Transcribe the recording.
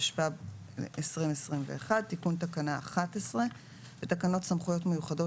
התשפ"ב 2021 תיקון תקנה 11 בתקנות סמכויות מיוחדות